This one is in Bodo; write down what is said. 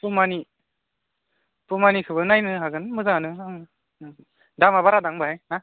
पुमानि पुमानिखौबो नायनो हागोन मोजांआनो ओं दामा बारा दां बाहाय ना